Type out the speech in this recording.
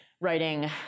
writing